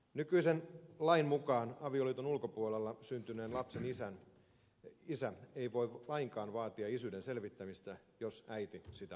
nykyisen lain mukaan avioliiton ulkopuolella syntyneen lapsen isä ei voi lainkaan vaatia isyyden selvittämistä jos äiti sitä vastustaa